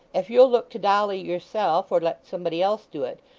if you'll look to dolly yourself or let somebody else do it,